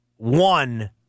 One